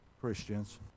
Christians